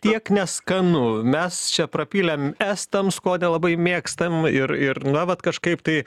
tiek neskanu mes čia prapylėm estams ko nelabai mėgstam ir ir na vat kažkaip tai